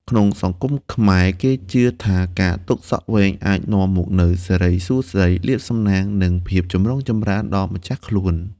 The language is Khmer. ក្នុងសង្គមខ្មែរ គេជឿថាការទុកសក់វែងអាចនាំមកនូវ សិរីសួស្តី លាភសំណាង និងភាពចម្រុងចម្រើន ដល់ម្ចាស់ខ្លួន។